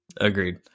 Agreed